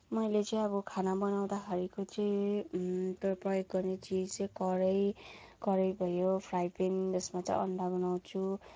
मैले चाहिँ अब खाना बनाउँदाखेरिको चाहिँ तपाईँको प्रयोग पर्ने चिज चाहिँ कराही कराही भयो फ्राइ प्यान जसमा चाहिँ अन्डा बनाउँछु